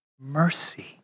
mercy